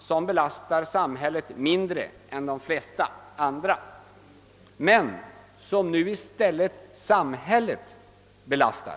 som mindre än de flesta andra belastar samhället men som nu i stället samhället belastar.